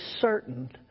certain